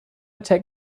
take